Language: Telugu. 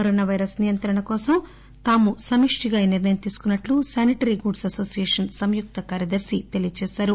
కరోనా పైరస్ నియంత్రణ కోసం తాము సమిష్టిగా ఈ నిర్ణయం తీసుకున్నట్లు శానిటరీ గూడ్స్ అనోసియేషన్ సంయుక్త కార్యదర్శి తెలియజేశారు